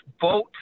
vote